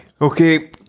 Okay